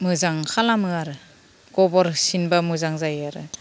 मोजां खालामो आरो गोबोर गारसिनब्ला मोजां जायो आरो